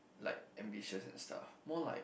like ambitious and stuff more like